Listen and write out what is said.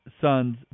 sons